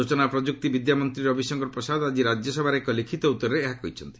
ସ୍ନଚନା ଓ ପ୍ରଯୁକ୍ତି ବିଦ୍ୟା ମନ୍ତ୍ରୀ ରବିଶଙ୍କର ପ୍ରସାଦ ଆଜି ରାଜ୍ୟସଭାରେ ଏକ ଲିଖିତ ଉତ୍ତରରେ ଏହା କହିଛନ୍ତି